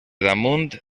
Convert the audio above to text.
damunt